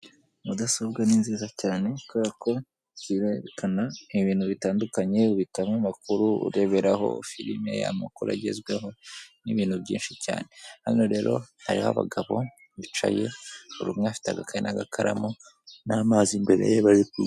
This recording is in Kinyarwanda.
Mudasobwa ni nziza cyane kuberako zirekana ibintu bitandukanye ubikamo amakuru ureberaho filime, amakuru agezweho n'ibintu byinshi cyane. Hano rero hariho abagabo bicaye buri umwe afite agakaye n'agakaramu n'amazi mbere ye bariku.